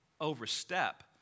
overstep